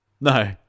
No